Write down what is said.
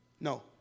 No